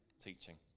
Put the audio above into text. teaching